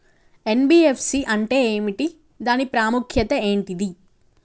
NBFC అంటే ఏమిటి దాని ప్రాముఖ్యత ఏంటిది?